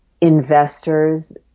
investors